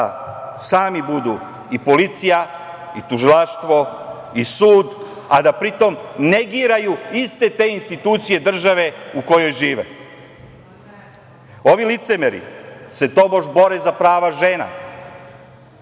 sami budu i policija, i tužilaštvo, i sud, a da pritom negiraju iste te institucije države u kojoj žive. Ovi licemeri se tobož bore za prava žena,